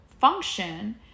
function